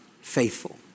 faithful